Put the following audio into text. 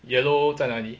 yellow 在哪里